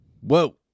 Whoa